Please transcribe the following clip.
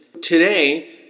Today